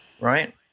right